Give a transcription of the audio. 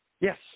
Yes